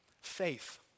faith